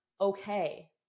okay